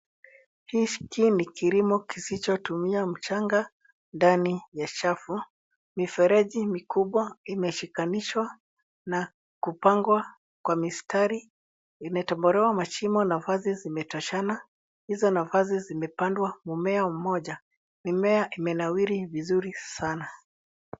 Hii ni kilimo kisichotumia mchanga ndani ya chafu. Mifereji mikubwa imeshikanishwa na kupangwa kwa mistari. Imetobolewa mashimo na nafasi zimetoshana. Hizo nafasi zimepandwa mmea moja. Mimea imenawiri vizuri sana.